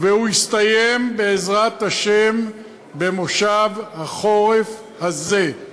והוא יסתיים, בעזרת השם, במושב החורף הזה.